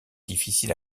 difficile